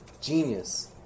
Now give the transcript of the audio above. Genius